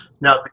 Now